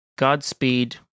Godspeed